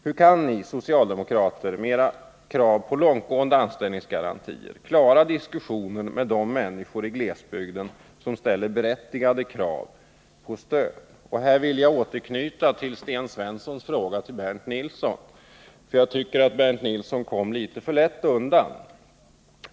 Hur kan ni socialdemokrater med era krav på långtgående anställningsgarantier klara diskussionen med de människor i glesbygden som ställer berättigade krav på stöd? Här vill jag återknyta till Sten Svenssons fråga till Bernt Nilsson, för jag tycker att Bernt Nilsson kom litet för lätt undan.